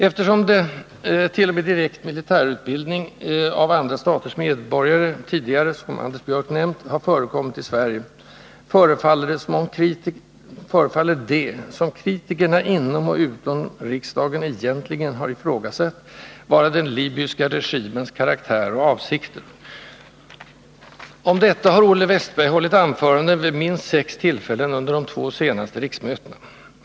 Eftersom t.o.m. direkt militärutbildning av andra staters medborgare tidigare, som Anders Björck nämnt, har förekommit i Sverige förefaller det, som kritikerna inom och utom riksdagen egentligen ifrågasatt, vara den libyska regimens karaktär och avsikter. Om detta har Olle Wästberg i Stockholm hållit anföranden vid minst sex tillfällen under de två senaste riksmötena.